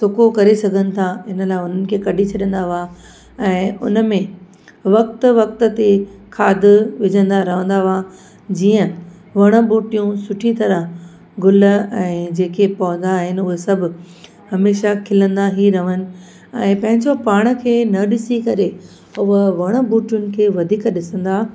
सुको करे सघनि था इन लाइ उन्हनि खे कढी छॾींदा हुआ ऐं उनमें वक्त वक्त ते खादु विझंदा रहंदा हुआ जीअं वण ॿूटियूं सुठी तरहं गुल ऐं जेके पौधा आहिनि उहे सभु हमेशह खिलंदा ई रहनि ऐं पंहिंजो पाण खे न ॾिसी करे उहो वण ॿूटियुनि खे वधीक ॾिसंदा